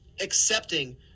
accepting